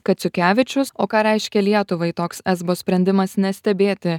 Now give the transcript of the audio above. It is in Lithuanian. kaciukevičius o ką reiškia lietuvai toks esbo sprendimas nestebėti